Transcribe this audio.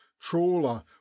trawler